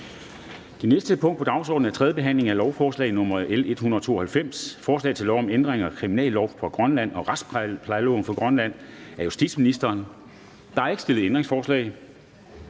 Det næste punkt på dagsordenen er: 3) 3. behandling af lovforslag nr. L 192: Forslag til lov om ændring af kriminallov for Grønland og retsplejelov for Grønland. (Foranstaltninger til at forebygge